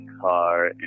car